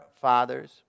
fathers